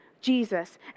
Jesus